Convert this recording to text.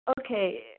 okay